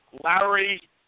Larry